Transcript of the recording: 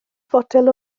fotel